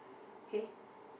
okay